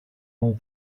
more